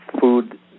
food